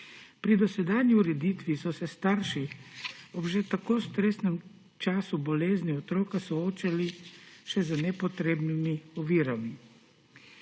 Pri dosedanji ureditvi so se starši ob že tako stresnem času bolezni otroka soočali še z nepotrebnimi ovirami.